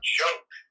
joke